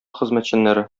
хезмәтчәннәре